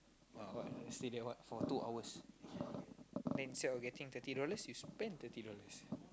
ah what stay there what for two hours then instead of getting thirty dollars you spend thirty dollars